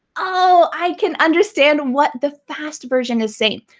oh, i can understand what the fast version is saying.